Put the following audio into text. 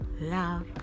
love